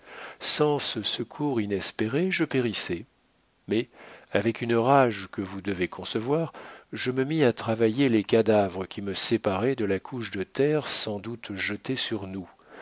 sans ce secours inespéré je périssais mais avec une rage que vous devez concevoir je me mis à travailler les cadavres qui me séparaient de la couche de terre sans doute jetée sur nous